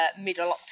middle